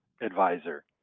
advisor